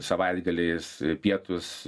savaitgaliais pietūs